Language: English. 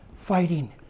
fighting